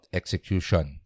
execution